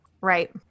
Right